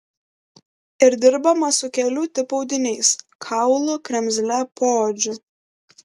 ir dirbama su kelių tipų audiniais kaulu kremzle poodžiu